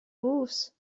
būs